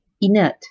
inert